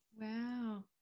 wow